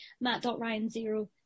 Matt.RyanZero